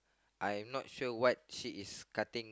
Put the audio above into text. I'm not sure what she is cutting